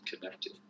connected